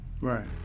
Right